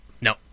No